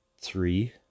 three